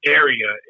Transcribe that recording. area